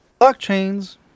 blockchains